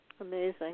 Amazing